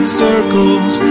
circles